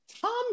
Tom